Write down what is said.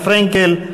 חברת הכנסת רינה פרנקל,